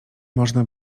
można